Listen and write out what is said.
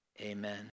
Amen